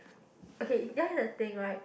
okay that is the thing right